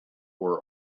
were